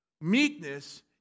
Meekness